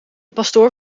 pastoor